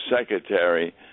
Secretary